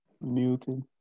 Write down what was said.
Newton